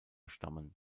stammen